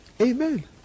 Amen